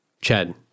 Chad